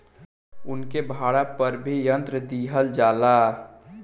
उनके भाड़ा पर भी यंत्र दिहल जाला